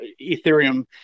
Ethereum